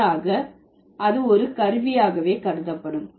மாறாக அது ஒரு கருவியாகவே கருதப்படும்